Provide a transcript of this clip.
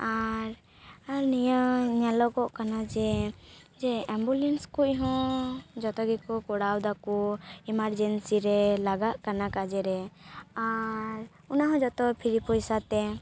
ᱟᱨ ᱟᱨ ᱱᱤᱭᱟᱹ ᱧᱮᱞᱚᱜᱚᱜ ᱠᱟᱱᱟ ᱡᱮ ᱡᱮ ᱮᱢᱵᱩᱞᱮᱱᱥ ᱠᱚᱦᱚᱸ ᱡᱚᱛᱚ ᱜᱮᱠᱚ ᱠᱚᱨᱟᱣ ᱫᱟᱠᱚ ᱮᱢᱟᱨᱡᱮᱱᱥᱤ ᱨᱮ ᱞᱟᱜᱟᱜ ᱠᱟᱱᱟ ᱠᱟᱡᱮ ᱨᱮ ᱟᱨ ᱚᱱᱟ ᱦᱚᱸ ᱡᱚᱛᱚ ᱯᱷᱨᱤ ᱯᱚᱭᱥᱟ ᱛᱮ